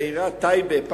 עיריית טייבה,